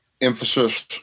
emphasis